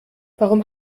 warum